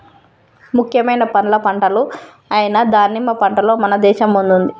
ముఖ్యమైన పండ్ల పంటలు అయిన దానిమ్మ పంటలో మన దేశం ముందుంది